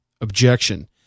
Objection